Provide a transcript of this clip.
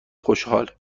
خوشحال